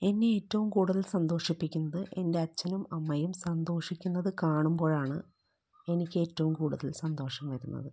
എന്നെ ഏറ്റോം കൂടുതൽ സന്തോഷിപ്പിക്കുന്നത് എൻ്റെ അച്ഛനും അമ്മയും സന്തോഷിക്കുന്നത് കാണുമ്പോഴാണ് എനിക്കേറ്റോം കൂടുതൽ സന്തോഷം വരുന്നത്